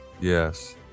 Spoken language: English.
Yes